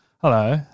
Hello